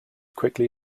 quickly